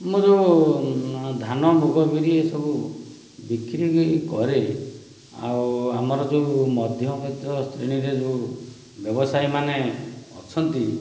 ମୋର ଧାନ ମୁଗ ବିରି ଏସବୁ ବିକ୍ରି କରେ ଆଉ ଆମର ଯେଉଁ ମଧ୍ୟ୍ୟବିତ ଶ୍ରେଣୀରେ ଯେଉଁ ବ୍ୟବସାୟ ମାନେ ଅଛନ୍ତି